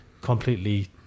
completely